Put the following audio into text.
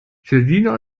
selina